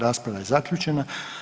Rasprava je zaključena.